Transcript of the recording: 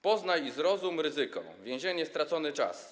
Poznaj i zrozum ryzyko”, „Więzienie - stracony czas”